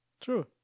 true